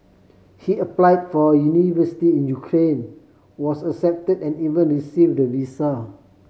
he applied for university in Ukraine was accept and even received the visa